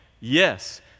Yes